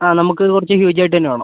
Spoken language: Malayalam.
ആ നമുക്ക് കുറച്ച് ഹ്യൂജ് ആയിട്ട് തന്നെ വേണം